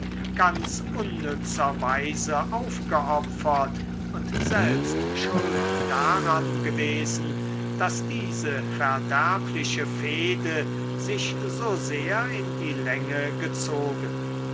ganz unnützer weise aufgeopfert und selbst schuld daran gewesen daß diese verderbliche fehde sich so sehr in die länge gezogen